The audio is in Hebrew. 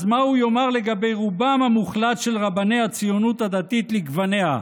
אז מה הוא יאמר לגבי רובם המוחלט של רבני הציונות הדתית לגווניה,